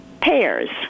pears